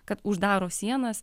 kad uždaro sienas